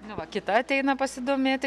na va kita ateina pasidomėti